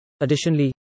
Additionally